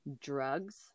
drugs